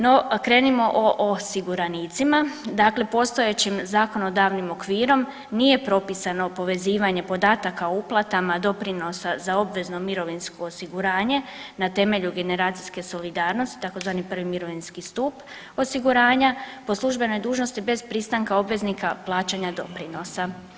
No, krenimo o osiguranicima, dakle postojećim zakonodavnim okvirom nije propisano povezivanje podatka o uplatama doprinosa za obvezno mirovinsko osiguranje na temelju generacijske solidarnosti tzv. prvi mirovinski stup osiguranja po službenoj dužnosti bez pristanka obveznika plaćanja doprinosa.